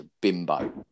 bimbo